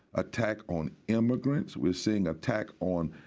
attack on immigrants. we're seeing attack on